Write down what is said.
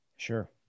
Sure